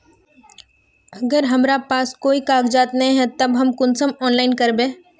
अगर हमरा पास कोई कागजात नय है तब हम कुंसम ऑनलाइन करबे?